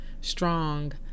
strong